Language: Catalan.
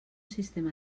sistema